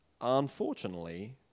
Unfortunately